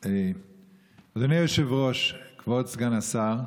אדוני היושב-ראש, כבוד סגן השר,